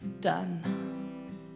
done